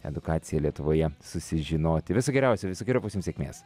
edukaciją lietuvoje susižinoti viso geriausio visokeriopos jum sėkmės